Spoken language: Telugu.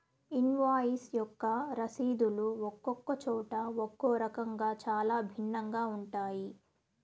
ఇన్వాయిస్ యొక్క రసీదులు ఒక్కొక్క చోట ఒక్కో రకంగా చాలా భిన్నంగా ఉంటాయి